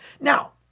Now